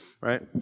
right